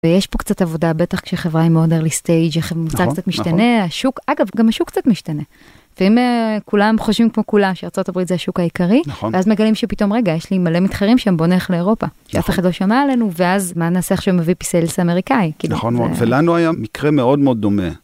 ויש פה קצת עבודה, בטח כשחברה עם מודרלי סטייג', החברה מוצאה קצת משתנה, השוק, אגב, גם השוק קצת משתנה. ואם כולם חושבים כמו כולה שארה״ב זה השוק העיקרי, ואז מגלים שפתאום, רגע, יש לי מלא מתחרים שם, בוא נלך לאירופה. שאף אחד לא שמע עלינו, ואז מה נעשה? עכשיו מביא פיסלס אמריקאי. נכון מאוד. ולנו היום מקרה מאוד מאוד דומה.